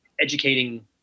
educating